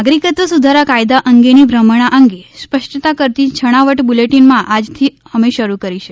નાગરિકત્વ સુધારા કાયદા અંગેની ભ્રમણા અંગે સ્પષ્ટતા કરતી છણાવટ બુલેટિનમાં આજથી અમે શરૂ કરી છે